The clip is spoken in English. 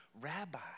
Rabbi